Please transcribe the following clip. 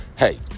hey